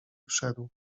wszedł